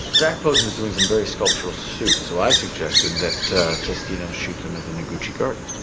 zac posen's doing some very sculptural suits. so i suggested that testino shoot them the noguchi garden.